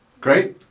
Great